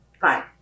fine